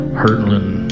hurtling